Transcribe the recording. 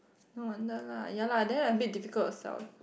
no wonder lah ya lah then a bit difficult to sell